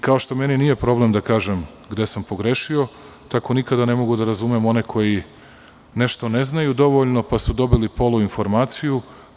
Kao što meni nije problem da kažem gde sam pogrešio, tako nikada ne mogu da razumem one koji nešto ne znaju dovoljno, pa su dobili poluinformaciju.